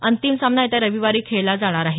अंतिम सामना येत्या रविवारी खेळला जाणार आहे